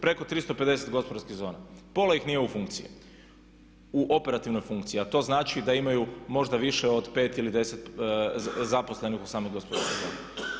Preko 350 gospodarskih zona, pola ih nije u funkciji, u operativnoj funkciji, a to znači da imaju možda više od 5 ili 10 zaposlenih u samim gospodarskim zonama.